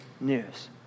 news